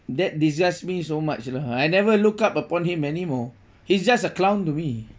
that disgust me so much lah I never look up upon him anymore he's just a clown to me